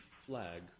flag